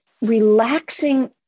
relaxing